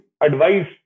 advice